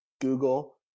google